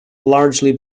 largely